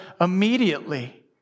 immediately